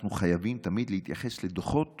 אנחנו חייבים תמיד להתייחס לדוחות